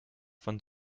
von